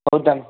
ହଉ ତାହେଲେ